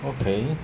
okay